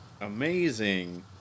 amazing